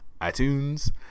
iTunes